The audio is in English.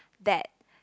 that